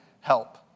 help